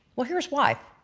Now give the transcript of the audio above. well here is why,